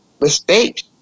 mistakes